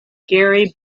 gary